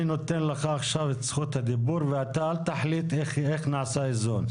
אני נותן לך עכשיו את זכות הדיבור ואתה אל תחליט איך נעשה איזון.